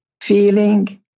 feeling